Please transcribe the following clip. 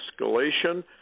escalation